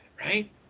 right